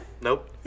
Nope